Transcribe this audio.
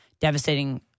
devastating